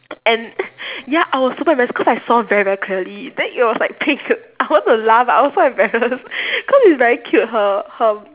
and ya I was super embarrassed cause I saw very very clearly then it was like pink I want to laugh I was so embarrassed cause it's very cute her her